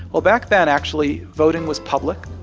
well, back then, actually voting was public.